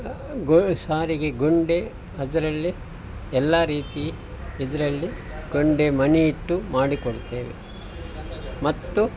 ಗೊ ಸಾರಿಗೆ ಗೊಂಡೆ ಅದರಲ್ಲಿ ಎಲ್ಲ ರೀತಿ ಇದರಲ್ಲಿ ಗೊಂಡೆ ಮಣಿ ಇಟ್ಟು ಮಾಡಿಕೊಡುತ್ತೇವೆ ಮತ್ತು